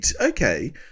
Okay